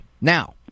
Now